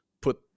put